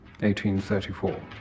1834